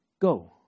Go